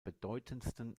bedeutendsten